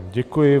Děkuji.